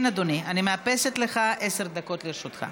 כן, אדוני, אני מאפסת לך, עשר דקות לרשותך.